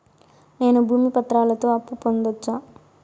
నేను భూమి పత్రాలతో అప్పు పొందొచ్చా?